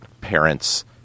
parents